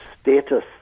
status